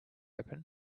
open